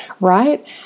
right